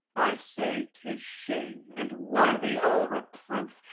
i say tis shame, and worthy all reproof,